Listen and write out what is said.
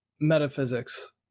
metaphysics